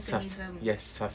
sus yes sus